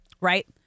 Right